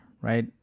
right